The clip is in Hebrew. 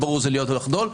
זה ברור זה להיות או לחדול,